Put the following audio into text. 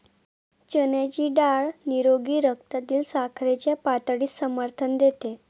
चण्याची डाळ निरोगी रक्तातील साखरेच्या पातळीस समर्थन देते